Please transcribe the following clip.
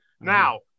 Now